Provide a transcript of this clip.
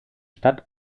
stadt